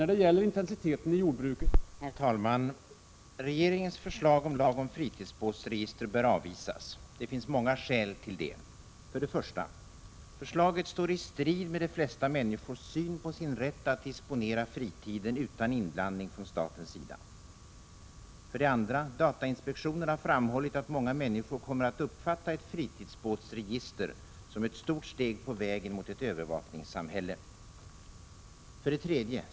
Prot. 1986/87:136 Herr talman! Regeringens förslag om lag om fritidsbåtsregister bör 4 juni 1987 avvisas. Det finns många skäl till detta. Lag om fritidsbåts 1. Förslaget står i strid med de flesta människors syn på sin rätt att = register disponera fritiden utan inblandning från statens sida. 2. Datainspektionen har framhållit att många människor kommer att uppfatta ett fritidsbåtsregister som ett stort steg på vägen mot ett övervakningssamhälle. 3.